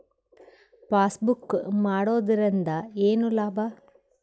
Passbook ಮಾಡುದರಿಂದ ಏನು ಲಾಭ?